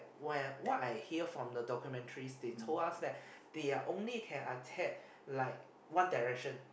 while what I hear from the documentary states told us that they are only can attack like One Direction